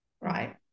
right